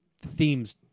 themes